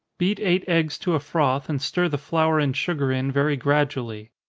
beat eight eggs to a froth, and stir the flour and sugar in very gradually.